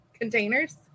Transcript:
containers